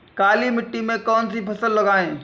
काली मिट्टी में कौन सी फसल लगाएँ?